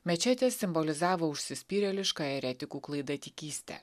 mečetės simbolizavo užsispyrėlišką eretikų klaidatikystę